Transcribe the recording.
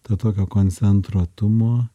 ta tokio koncentruotumo